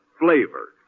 flavor